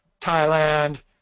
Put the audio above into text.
Thailand